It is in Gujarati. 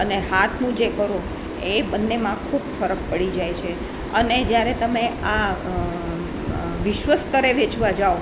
અને હાથનું જે કરો એ બંનેમાં ખૂબ ફરક પડી જાય છે અને જ્યારે તમે આ વિશ્વ સ્તરે વેચવા જાઓ